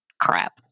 crap